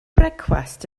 brecwast